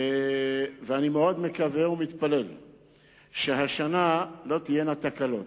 ואני מאוד מקווה ומתפלל שהשנה לא תהיינה תקלות.